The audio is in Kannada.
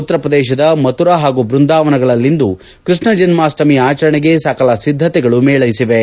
ಉತ್ತರಪ್ರದೇಶದ ಮಥುರಾ ಪಾಗೂ ಬೃಂದಾವನಗಳಲ್ಲಿಂದು ಕೃಷ್ಣ ಜನ್ಮಾಷ್ಟಮಿಯ ಆಚರಣೆಗೆ ಸಕಲ ಸಿದ್ಧತೆಗಳು ಮೇಳ್ಳೆಸಿವೆ